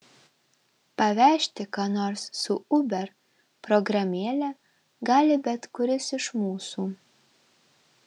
pavežti ką nors su uber programėle gali bet kuris iš mūsų